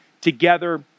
together